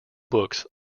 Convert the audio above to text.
books